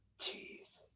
Jeez